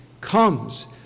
comes